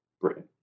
Britain